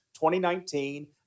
2019